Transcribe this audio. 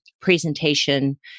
presentation